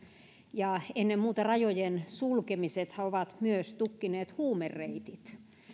ja ennen muuta rajojen sulkemiset ovat myös tukkineet huumereitit